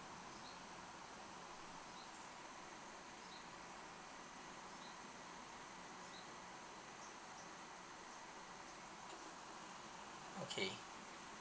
okay